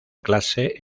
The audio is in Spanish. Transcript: clase